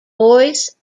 voice